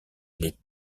les